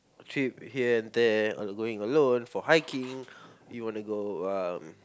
trip here and there or going alone for hiking you want to go um